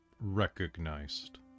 recognized